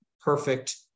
perfect